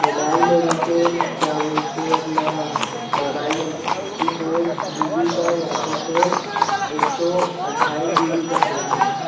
mobile मेरे को क्या बोलते हैं अपना मोबाइल मेरे को सिक्सटी फ़ोर जी बी का या तो फिर एक सौ अट्ठाईस जी बी का चाहिए है